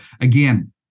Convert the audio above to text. again